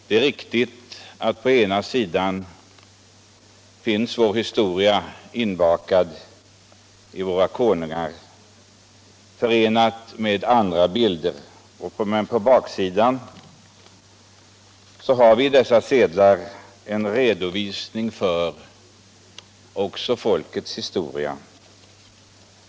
Det är riktigt att på ena sidan finns vår historia inbakad i våra konungar förenad med andra bilder. Men på baksidan av dessa sedlar finns det en redovisning också för folkets historia.